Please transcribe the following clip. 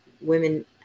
women